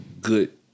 good